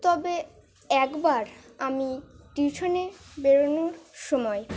তবে একবার আমি টিউশনে বেরোনোর সময়